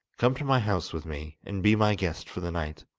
come to my house with me, and be my guest for the night